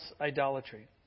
idolatry